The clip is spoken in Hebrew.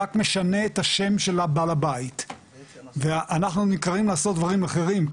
רק משנה את השם של הבעל הבית ואנחנו נקראים לעשות דברים אחרים,